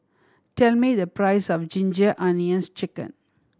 tell me the price of Ginger Onions Chicken